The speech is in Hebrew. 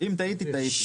אם טעיתי טעיתי.